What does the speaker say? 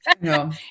No